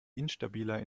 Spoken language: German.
instabiler